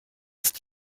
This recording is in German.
ist